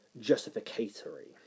justificatory